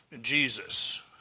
Jesus